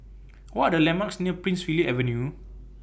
What Are The landmarks near Prince Philip Avenue